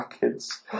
kids